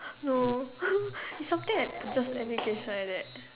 no it's something like just education like that